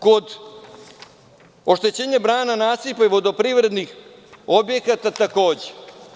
Kod oštećenja brana, nasipa i vodoprivrednih objekata takođe.